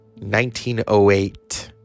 1908